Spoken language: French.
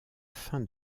fin